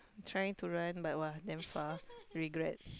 trying to run but !wah! damn far regrets